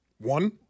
one